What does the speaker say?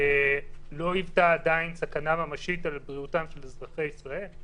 לא היוותה עדיין סכנה ממשית על בריאותם של אזרחי ישראל,